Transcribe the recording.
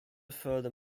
further